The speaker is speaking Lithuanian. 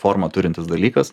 formą turintis dalykas